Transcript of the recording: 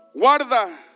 Guarda